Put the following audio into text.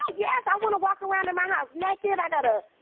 yes, i want to walk around in my house naked. i got a